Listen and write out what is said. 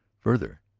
further,